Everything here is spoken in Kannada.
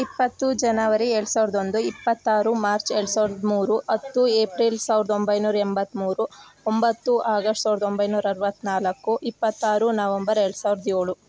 ಇಪ್ಪತ್ತು ಜನವರಿ ಎರಡು ಸಾವಿರದ ಒಂದು ಇಪ್ಪತ್ತಾರು ಮಾರ್ಚ್ ಎರಡು ಸಾವಿರದ ಮೂರು ಹತ್ತು ಏಪ್ರಿಲ್ ಸಾವಿರದ ಒಂಬೈನೂರ ಎಂಬತ್ಮೂರು ಒಂಬತ್ತು ಆಗಸ್ಟ್ ಸಾವಿರದ ಒಂಬೈನೂರ ಅರವತ್ನಾಲ್ಕು ಇಪ್ಪತ್ತಾರು ನವಂಬರ್ ಎರಡು ಸಾವಿರದ ಏಳು